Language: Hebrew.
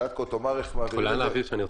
לטקו תאמר איך מעבירים את זה.